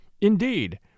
Indeed